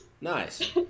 nice